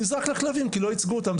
נזרק לכלבים כי לא ייצגו אותם.